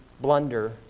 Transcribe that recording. blunder